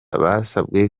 basabwe